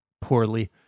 poorly